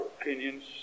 opinions